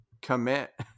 commit